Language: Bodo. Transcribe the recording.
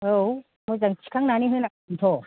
औ मोजां थिखांनानै होनांगोनथ'